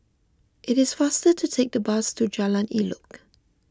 it is faster to take the bus to Jalan Elok